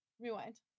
Rewind